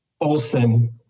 Olson